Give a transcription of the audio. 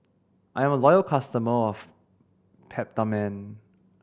I'm a loyal customer of Peptamen